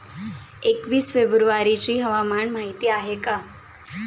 एकवीस फेब्रुवारीची हवामान माहिती आहे का?